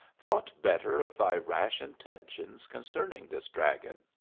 thought better of thy rash intentions concerning this dragon?